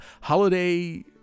holiday